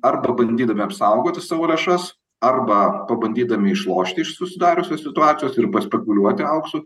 arba bandydami apsaugoti savo lėšas arba pabandydami išlošti iš susidariusios situacijos ir paspekuliuoti auksu